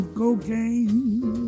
cocaine